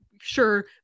sure